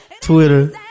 Twitter